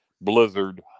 blizzard